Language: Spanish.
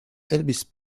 elvis